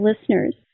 listeners